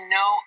no